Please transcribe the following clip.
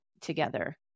together